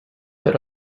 per